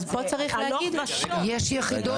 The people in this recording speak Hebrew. אז פה צריך להגיד --- יש יחידות --- רגע,